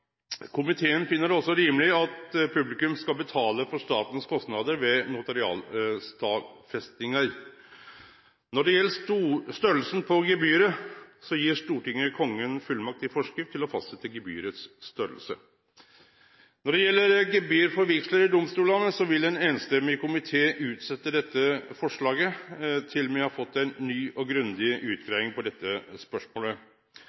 Komiteen finn det òg rimeleg at publikum skal betale for statens kostnader ved notarialstadfestingar. Når det gjeld størrelsen på gebyret, gir Stortinget Kongen fullmakt i forskrift til å fastsetje størrelsen. Når det gjeld gebyr for vigsler i domstolane, vil ein einstemmig komité utsetje dette forslaget til me har fått ei ny og grundig utgreiing om dette spørsmålet.